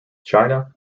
china